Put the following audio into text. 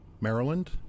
Maryland